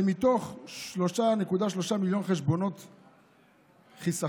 מתוך 3.3 מיליון חשבונות חיסכון,